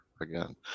again